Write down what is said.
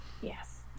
yes